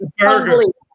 unbelievable